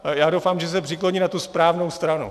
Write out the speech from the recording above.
A já doufám, že se přikloní na tu správnou stranu.